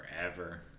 forever